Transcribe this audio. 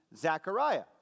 Zechariah